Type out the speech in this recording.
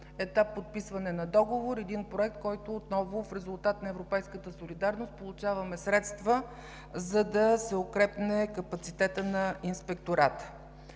етап подписване на договор за един проект, по който в резултат на европейската солидарност получаваме средства, за да се укрепи капацитетът на Инспектората.